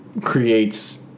creates